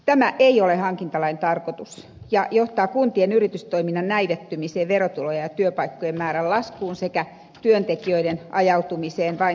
tämä ei ole hankintalain tarkoitus ja johtaa kuntien yritystoiminnan näivettymiseen verotulojen ja työpaikkojen määrän laskuun sekä työntekijöiden ajautumiseen vain julkiselle sektorille